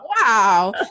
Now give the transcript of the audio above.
Wow